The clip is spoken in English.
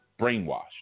brainwashed